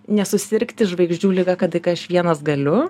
nesusirgti žvaigždžių liga kad aš vienas galiu